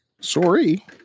Sorry